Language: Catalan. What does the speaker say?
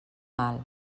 mal